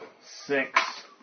Six